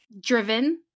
driven